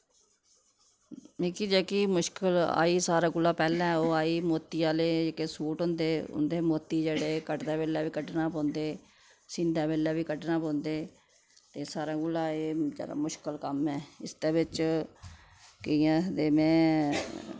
मिगी जेह्की मुश्कल आई सारे कोला पैह्ले ओह् आई मोती आह्ले जेह्के सूट होंदे उंदे मोती जेहड़े कटदे बैले बी कडना पोंदे सिंदे बैले बी कडना पोंदे ते सारे कोला एह् ज्यादे मुश्कल कम्म ऐ इसदे बिच कियां आखदे में